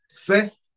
First